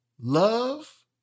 Love